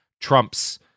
Trump's